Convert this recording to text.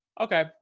okay